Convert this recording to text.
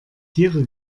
tiere